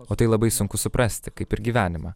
o tai labai sunku suprasti kaip ir gyvenimą